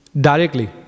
directly